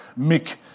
Mick